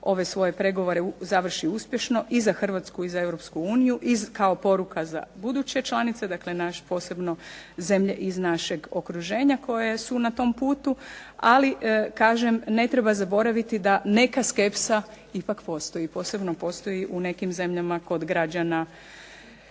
ove svoje pregovore završi uspješno i za Hrvatsku i za Europsku uniju i kao poruka za buduće članice, dakle naš posebno zemlje iz našeg okruženja koje su na tom putu, ali kažem ne treba zaboraviti da neka skepsa ipak postoji, posebno postoji u nekim zemljama kod građana